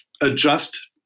adjust